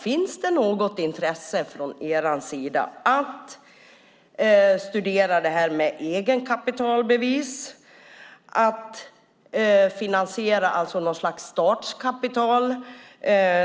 Finns det något intresse från er sida att studera egenkapitalbevis, att finansiera något slags startkapital